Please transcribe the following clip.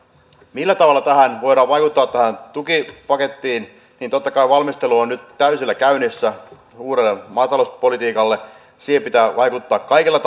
millä tavalla sitten voidaan vaikuttaa tähän tukipakettiin niin totta kai valmistelu on nyt täysillä käynnissä uudelle maatalouspolitiikalle siihen pitää vaikuttaa kaikella